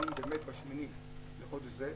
אם באמת ב-8 לחודש זה,